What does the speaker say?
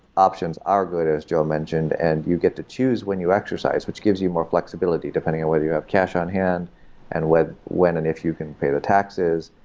options are good, as joe mentioned, and you get to choose when you exercise, which gives you more flexibility, depending on whether you have cash on hand and when when and if you can pay the taxes,